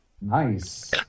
Nice